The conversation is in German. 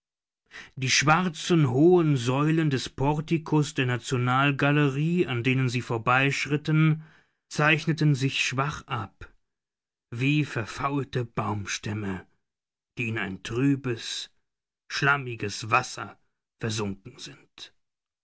die schwarzen hohen säulen des portikus der nationalgalerie an denen sie vorbeischritten zeichneten sich schwach ab wie verfaulte baumstämme die in ein trübes schlammiges wasser versunken sind